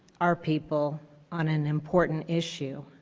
our people on an important issue.